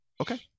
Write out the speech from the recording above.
Okay